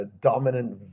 dominant